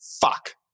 fuck